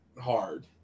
hard